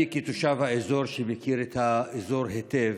אני, כתושב האזור שמכיר את האזור היטב,